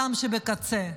האדם שבקצה.